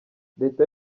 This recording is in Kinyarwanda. leta